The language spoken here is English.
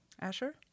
Asher